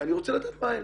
ואני רוצה לדעת מה הן.